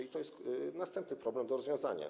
I to jest następny problem do rozwiązania.